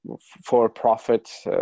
for-profit